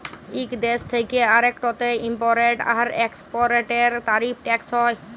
ইক দ্যেশ থ্যাকে আরেকটতে ইমপরট আর একেসপরটের তারিফ টেকস হ্যয়